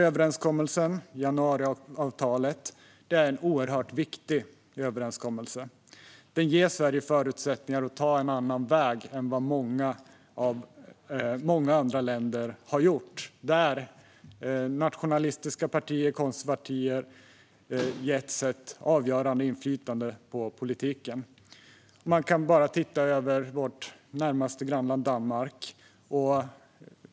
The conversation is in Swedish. Överenskommelsen, januariavtalet, är en oerhört viktig överenskommelse. Den ger Sverige förutsättningar att ta en annan väg än vad många andra länder har gjort där nationalistiska partier och konservativa partier getts ett avgörande inflytande på politiken. Titta på vårt närmaste grannland Danmark.